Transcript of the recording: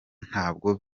ntabwo